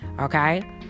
Okay